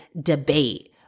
debate